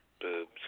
Boobs